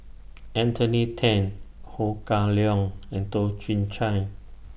Anthony Then Ho Kah Leong and Toh Chin Chye